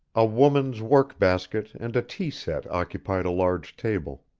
a woman's work-basket and a tea-set occupied a large table.